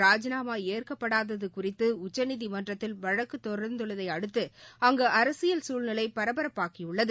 ராஜிநாமாஏற்கப்படாததுகுறித்துஉச்சநீதிமன்றத்தில் வழக்குதொடா்ந்துள்ளதைஅடுத்து அங்குஅரசியல் சூழ்நிலைபரபரப்பாகியுள்ளது